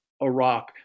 Iraq